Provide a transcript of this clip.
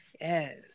Yes